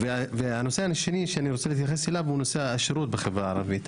הנושא השני שאני רוצה להתייחס אליו הוא נושא השירות בחברה הערבית.